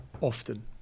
often